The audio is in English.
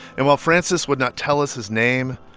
and while frances would not tell us his name,